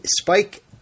Spike